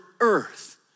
Earth